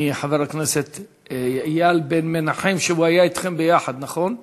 מחבר הכנסת איל בן מנחם, שהיה אתכם יחד, נכון?